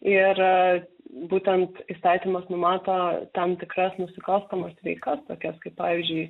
ir būtent įstatymas numato tam tikras nusikalstamas veikas tokias kaip pavyzdžiui